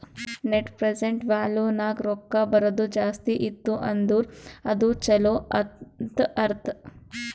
net present value ನಾಗ್ ರೊಕ್ಕಾ ಬರದು ಜಾಸ್ತಿ ಇತ್ತು ಅಂದುರ್ ಅದು ಛಲೋ ಅಂತ್ ಅರ್ಥ